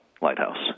Lighthouse